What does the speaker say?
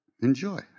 Enjoy